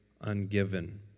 ungiven